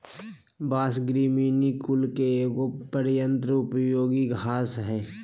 बाँस, ग्रामिनीई कुल के एगो अत्यंत उपयोगी घास हइ